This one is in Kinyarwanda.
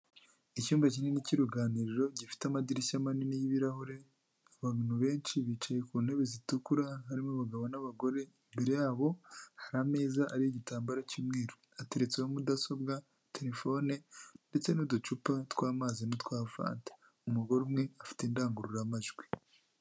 Icyumba kinini cy’uruganiriro, gifite amadirishya manini y’ibirahure, abantu benshi bicaye ku ntebe zitukura, harimo abagabo n’abagore. Imbere yabo hari ameza, ariho igitambaro cy’umweru, ateretseho mudasobwa, telefone, ndetse n’uducupa tw’amazi n’utwa Fanta. Umugore umwe afite indangururamajwi.